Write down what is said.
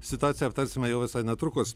situaciją aptarsime jau visai netrukus